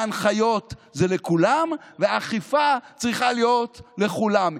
ההנחיות הן לכולם, ואכיפה צריכה להיות לכולם.